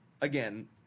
again